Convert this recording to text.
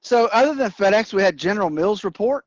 so, other than fedex, we had general mills report